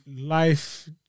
life